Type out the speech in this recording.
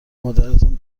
مادرتان